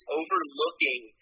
overlooking